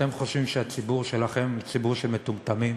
אתם חושבים שהציבור שלכם הוא ציבור של מטומטמים?